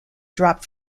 dropped